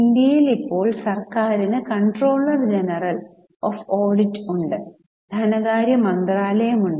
ഇന്ത്യയിൽ ഇപ്പോൾ സർക്കാരിനു കംട്രോളർ ജനറൽ ഓഫ് ഓഡിറ്റ് ഉണ്ട് ധനകാര്യ മന്ത്രാലയം ഉണ്ട്